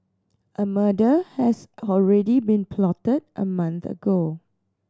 a murder has already been plotted a month ago